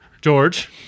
George